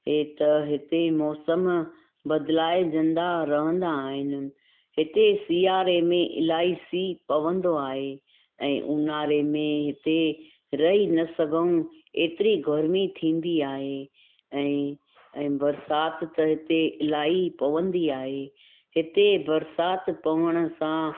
हेत हिते मौसम बदिलाइजंदा रहंदा आहिन हिते सियारे में इलाही सीउ पवंदो आहे ऐं उन्हारे में हिते रही न सघूं एतिरी गर्मी पवंदी आहे ऐं ए बरसाति त हिते इलाही पवंदी आहे हिते बरसाति पवण सां